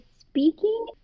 speaking